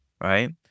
right